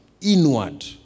inward